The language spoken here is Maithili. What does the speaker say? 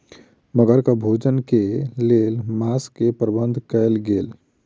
मगरक भोजन के लेल मांस के प्रबंध कयल गेल